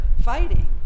fighting